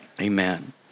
Amen